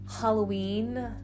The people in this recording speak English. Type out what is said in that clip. Halloween